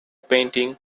painting